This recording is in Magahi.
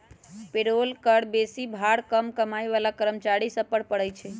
पेरोल कर बेशी भार कम कमाइ बला कर्मचारि सभ पर पड़इ छै